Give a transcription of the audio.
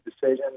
decision